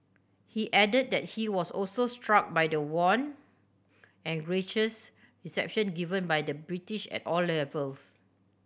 he added that he was also struck by the warm and gracious reception given by the British at all levels